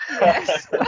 Yes